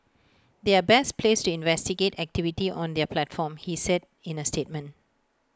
they are best placed to investigate activity on their platform he said in A statement